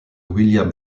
william